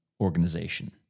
organization